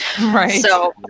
Right